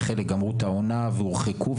וחלק גמרו את העונה והורחקו.